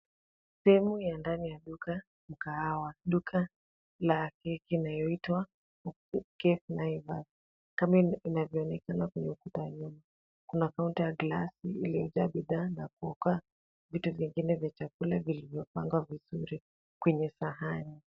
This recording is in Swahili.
Sehemu ya ndani ya duka ya kahawa. Duka la keki inayoitwa cafenaivas kama inavyoonekana kwenye ukuta wa nyuma. Kuna (cs)counter(cs) ya glasi iliyojaa bidhaa za kuoka, vitu vingine vya chakula vilivyopangwa vizuri kwenye sahani.